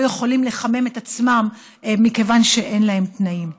יכולים לחמם את עצמם מכיוון שאין להם תנאים.